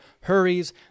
hurries